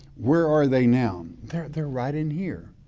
where are they now? they're there right in here.